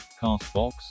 CastBox